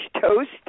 toast